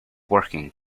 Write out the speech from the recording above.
working